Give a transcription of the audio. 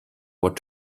what